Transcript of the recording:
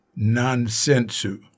nonsensu